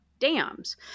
dams